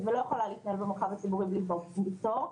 ולא יכולה להתנהל במרחב הציבורי בלי פטור מתור,